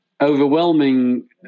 overwhelming